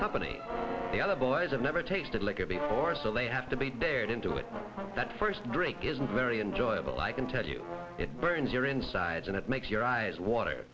company the other boys have never tasted liquor before so they have to be bared into it that first drink isn't very enjoyable i can tell you it burns your insides and it makes your eyes water